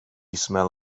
smell